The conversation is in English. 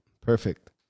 Perfect